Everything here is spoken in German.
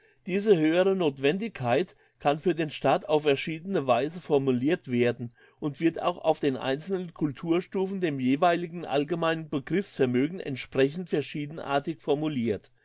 diese höhere nothwendigkeit kann für den staat auf verschiedene weise formulirt werden und wird auch auf den einzelnen culturstufen dem jeweiligen allgemeinen begriffsvermögen entsprechend verschiedenartig formulirt